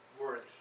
worthy